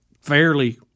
Fairly